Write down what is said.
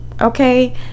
Okay